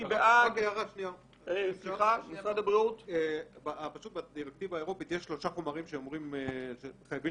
בדירקטיבה האירופאית יש שלושה חומרים שחייבים